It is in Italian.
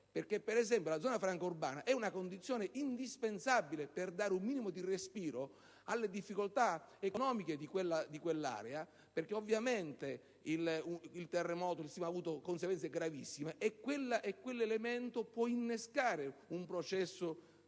tempo. Ad esempio, la zona franca urbana è una condizione indispensabile per dare un minimo di respiro alle difficoltà economiche vissute da quell'area, perché ovviamente il terremoto ha avuto conseguenze gravissime: quell'elemento può innescare un processo